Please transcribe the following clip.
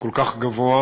כל כך גבוה,